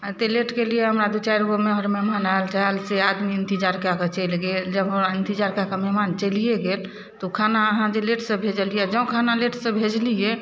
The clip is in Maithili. एते लेट केलियै हमरा दू चारिगो मेहर मेहमान आयल तायल से आदमी ईन्तजार कए कऽ चलि गेल जब हमरा ईन्तजार कए कऽ मेहमान चलिए गेल तऽ खाना अहाँ जे लेटसँ भेजलियै जँ खाना लेटसँ भेजलियै